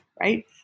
right